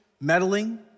meddling